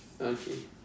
okay